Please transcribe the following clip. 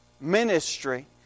ministry